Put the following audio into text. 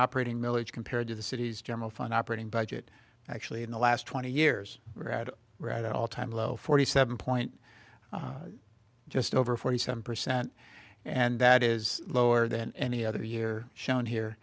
operating milage compared to the city's general fund operating budget actually in the last twenty years we're at right at all time low forty seven point just over forty seven percent and that is lower than any other year shown here